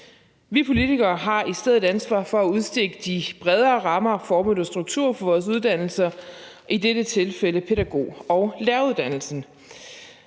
Vi politikere har i stedet ansvaret for at udstikke de bredere rammer, formål og struktur, for vores uddannelser, og i dette tilfælde er det pædagog- og læreruddannelsen.